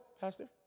pastor